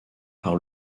par